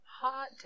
hot